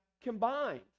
combined